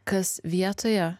kas vietoje